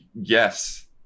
yes